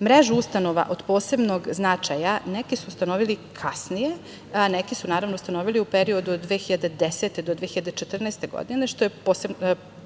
mrežu ustanova od posebnog značaja neke su ustanovili kasnije, a neki su ustanovili u periodu od 2010. do 2014. godine, što je u potpunosti